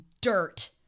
dirt